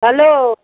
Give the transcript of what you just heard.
hello